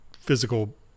physical